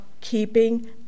keeping